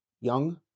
young